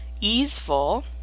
easeful